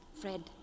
Fred